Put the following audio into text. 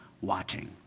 watching